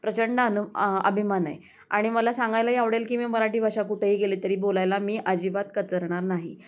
प्रचंड अनुम अभिमान आहे आणि मला सांगायला आवडेल की मी मराठी भाषा कुठेही गेले तरी बोलायला मी अजिबात कचरणार नाही